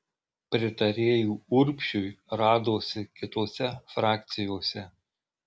pritarėjų urbšiui radosi kitose frakcijose